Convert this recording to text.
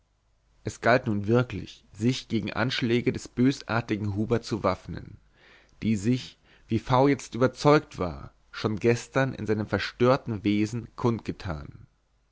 es galt nun wirklich sich gegen anschläge des bösartigen hubert zu waffnen die sich wie v jetzt überzeugt war schon gestern in seinem verstörten wesen kundgetan